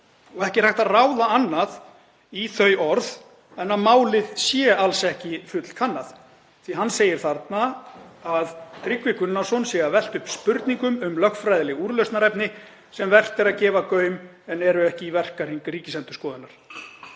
og ekki er hægt að ráða annað í þau orð en að málið sé alls ekki fullkannað, því hann segir þarna að Tryggvi Gunnarsson sé að velta upp spurningum um lögfræðileg úrlausnarefni sem vert er að gefa gaum en eru ekki í verkahring Ríkisendurskoðunar.